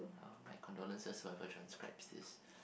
my condolences whoever transcribes this